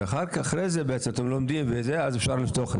ורק אחרי זה אפשר לפתוח את זה.